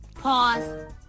Pause